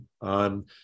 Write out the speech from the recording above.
on